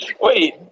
Wait